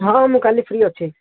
ହଁ ମୁଁ କାଲି ଫ୍ରି ଅଛି